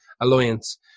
Alliance